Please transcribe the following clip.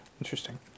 interesting